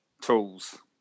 tools